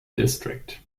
district